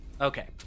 Okay